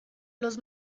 los